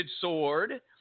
sword